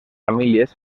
famílies